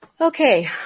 Okay